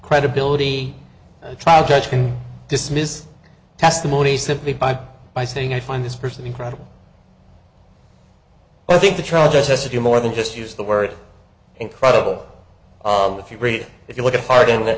credibility trial judge can dismiss testimony simply by by saying i find this person incredible i think the trial judge has to do more than just use the word incredible if you read if you want to harden the